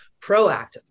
proactively